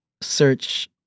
search